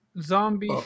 Zombie